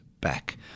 back